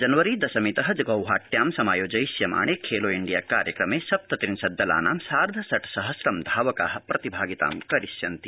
January दशमीत गौहाट्यां समायोजयिष्यमाणे खेलो इण्डिया कार्यक्रमे सप्तत्रिंशद् दलानां सार्ध षट् सहस्रं धावका प्रतिभागितां करिष्यन्ति